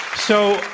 so,